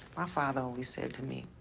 my father always said to me,